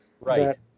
Right